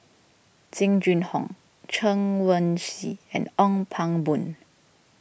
Jing Jun Hong Chen Wen Hsi and Ong Pang Boon